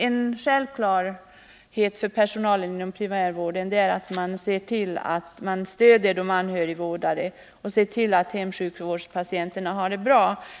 En självklarhet för personalen inom primärvården är att stödja anhörigvårdare och se till att hemsjukvårdspatienterna har det bra.